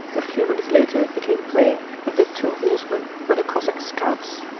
a few minutes later it became plain that the two horsemen were the cossack scouts.